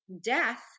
death